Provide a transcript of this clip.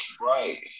right